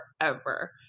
forever